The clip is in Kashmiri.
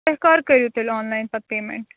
تُہۍ کَرکٔرو تیٚلہِ آنلاین پتہٕ پیمِیٚنٛٹ